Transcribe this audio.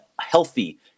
healthy